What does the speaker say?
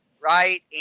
right